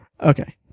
Okay